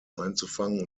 einzufangen